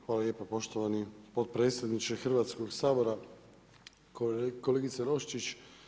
Hvala lijepa poštovani potpredsjedniče Hrvatskog sabora, kolegice Roščić.